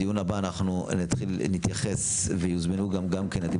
בדיון הבא נתייחס ויוזמנו אליו גם הדמותנים.